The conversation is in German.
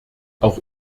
auch